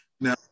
Now